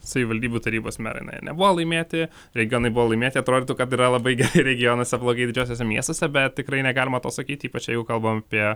savivaldybių tarybos merai na jie nebuvo laimėti regionai buvo laimėti atrodytų kad yra labai gerai regionuose blogai didžiuosiuose miestuose bet tikrai negalima to sakyt ypač jau kalbam apie